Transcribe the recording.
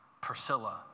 Priscilla